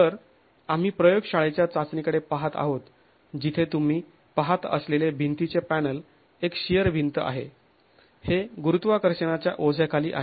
तर आम्ही प्रयोगशाळेच्या चाचणीकडे पाहत आहोत जिथे तुम्ही पाहत असलेले भिंतीचे पॅनल एक शिअर भिंत आहे हे गुरुत्वाकर्षणाच्या ओझ्याखाली आहे